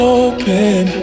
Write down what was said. open